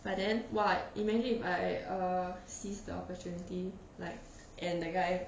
but then !wah! imagine if I err seized the opportunity like and the guy